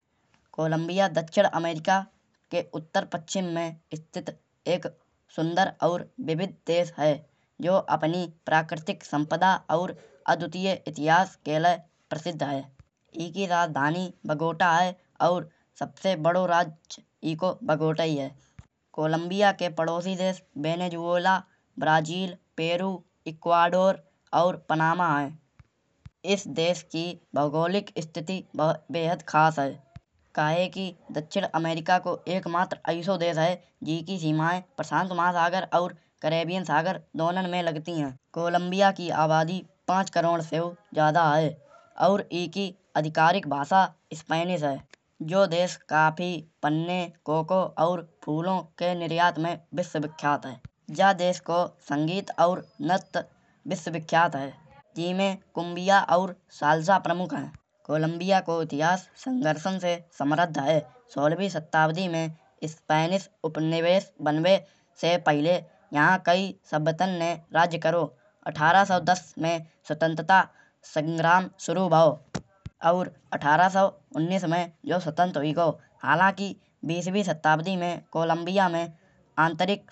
कोलंबिया दक्षिण अमेरिका के उत्तर पश्चिम में स्थित एक सुंदर और विविध देश है। जो अपनी प्राकृतिक संपदा और अद्वितीय इतिहास के लिये प्रसिद्ध है। इकी राजधानी बोगोटा है। सबसे बड़ा राज्य ईको बोगोटाई है। कोलंबिया के पड़ोसी देश वेनेजुएला, ब्राज़ील, पेरू, इक्वाडोर और पनामा हैं। इस देश की भौगोलिक स्थिति बेहद खास है। काहे कि दक्षिण अमेरिका को एकमात्र ऐसा देश है। जिसकी सीमाएं प्रशांत महासागर और कैरिबियाई महासागर दोनों में लगती हैं। कोलंबिया की आबादी पांच करोड़ से ज्यादा है। और इकी आधिकारिक भाषा स्पेनिश है। यह देश कॉफी, पन्ना, कोको और फूलों के निर्यात में विश्व प्रसिद्ध है। यह देश को नृत्य और संगीत में विश्व प्रसिद्ध है। जिनमें कुम्बिया और सालसा प्रमुख हैं। कोलंबिया का इतिहास संघर्ष से समृद्ध है। सोलहवीं शताब्दी में स्पेनिश उपनिवेश बनने से पहले यहाँ कई सभ्यताओं ने राज्य किया। अठारह सौ दस में स्वतंत्रता संग्राम शुरू हुआ। अठारह सौ में जो स्वतंत्र हुई थी। हालांकि बीसवीं शताब्दी में कोलंबिया में आंतरिक संघर्ष और मादक पदार्थों की तस्करी जैसी समस्याएं उमड़ रही हैं।